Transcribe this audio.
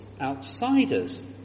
outsiders